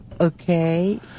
Okay